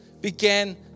began